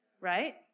right